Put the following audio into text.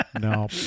No